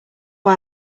why